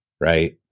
right